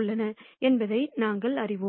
உள்ளன என்பதை நாங்கள் அறிவோம்